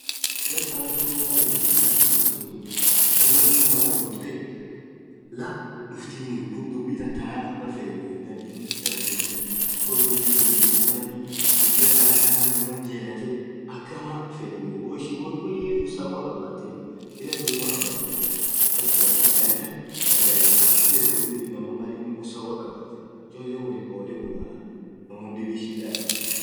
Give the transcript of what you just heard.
dhub akha tunen yaani dhub haki tufthuni ishin won dhulmaa dhogorthe hakhum challah dhuftini dhub dhubitan thanaf akhan fedheni dhadhni chakhasithinen dhub dhubithun dhub akhanathi dhub akha tanen inamaa jelathe akhama fedheni woo ishin won khulii usawa khabathethu Bila dhulmaa abbaa tokk won thun won akhanatha dhagariftii dhib yethee inamaan mall inin usawwa khabathu akhaa cholee wolin olle bulah nammu won dhib shidha irra hinkhabu